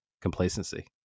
Complacency